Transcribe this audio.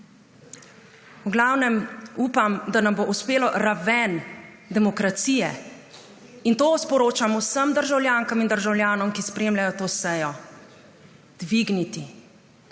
V glavnem, upam, da nam bo uspelo raven demokracije – in to sporočam vsem državljankam in državljanom, ki spremljajo to sejo – dvigniti,